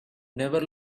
never